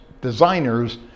designers